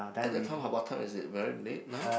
at that time her what time is it very late night